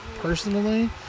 personally